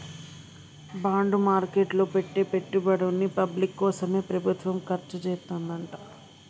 bond market లో పెట్టే పెట్టుబడుల్ని పబ్లిక్ కోసమే ప్రభుత్వం ఖర్చుచేత్తదంట